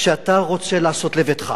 כשאתה רוצה לעשות לביתך,